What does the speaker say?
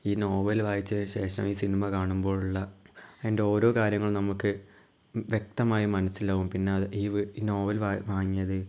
ഈ നോവല് വായിച്ചതിന് ശേഷം ഈ സിനിമ കാണുമ്പോഴുള്ള അതിൻ്റെ ഓരോ കാര്യങ്ങളും നമുക്ക് വ്യക്തമായി മനസ്സിലാവും പിന്നെ ഈ ഈ നോവൽ വാങ്ങിയത്